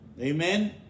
Amen